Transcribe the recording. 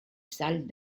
salles